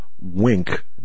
wink